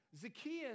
Zacchaeus